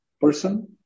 person